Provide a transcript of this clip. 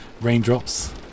raindrops